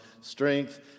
strength